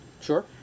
Sure